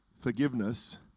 forgiveness